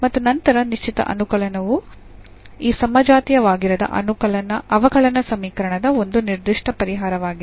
ಮತ್ತು ನಂತರ ನಿಶ್ಚಿತ ಅನುಕಲನವು ಈ ಸಮಜಾತೀಯವಾಗಿರದ ಅವಕಲನ ಸಮೀಕರಣದ ಒಂದು ನಿರ್ದಿಷ್ಟ ಪರಿಹಾರವಾಗಿದೆ